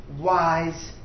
wise